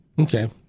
Okay